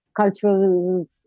cultural